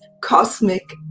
cosmic